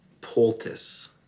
poultice